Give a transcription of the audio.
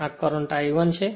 અને આ વહેતો કરંટ I1 છે